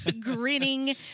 grinning